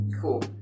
Cool